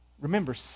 remember